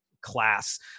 class